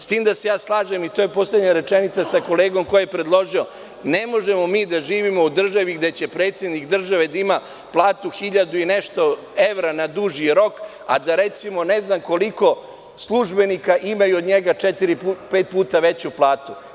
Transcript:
Slažem se, to je poslednja rečenica, sa kolegom koji je predložio, ne možemo mi da živimo u državi gde će predsednik države da ima platu 1.000 i nešto evra na duži rok, a da, recimo, ne znam koliko službenika imaju od njega četiri, pet puta veću platu.